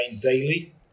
daily